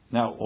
Now